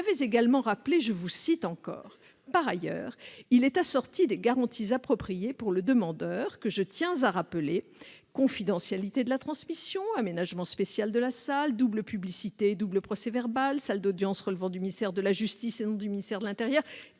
des motifs d'intérêt général. [...] Par ailleurs, il est assorti de garanties appropriées pour le demandeur que je tiens à rappeler : confidentialité de la transmission, aménagement spécial de la salle, double publicité et double procès-verbal, salle d'audience relevant du ministère de la justice et non du ministère de l'intérieur »,